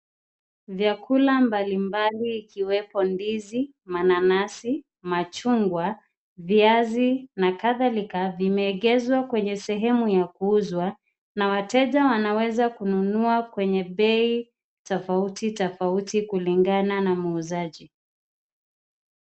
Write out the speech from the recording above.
Vykula mbalimbali ikiwepo ndizi mananasi, machungwa, viazi na kadhalika vimeegezwa kwenye sehemu ya kuuzwa na wateja wanaweza kununua kwenye bei tofautitofauti kulingana na muuzaji.